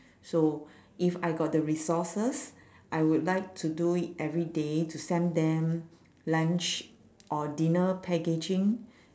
so if I got the resources I would like to do it every day to send them lunch or dinner packaging